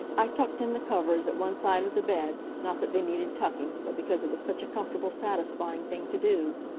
i tucked in the covers at one side of the bed, not that they needed tucking, but because it was such a comfortable, satisfying thing to do.